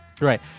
Right